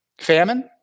Famine